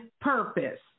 purpose